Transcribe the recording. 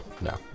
No